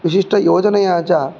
विशिष्टयोजनया च